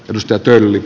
risto pelli